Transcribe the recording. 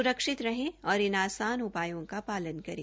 सुरक्षित रहें और इन आसान उपायों का पालन करें